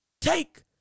take